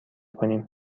کنیم